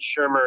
Shermer